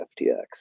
FTX